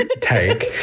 take